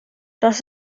das